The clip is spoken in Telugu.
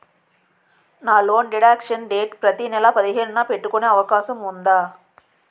నా లోన్ డిడక్షన్ డేట్ ప్రతి నెల పదిహేను న పెట్టుకునే అవకాశం ఉందా?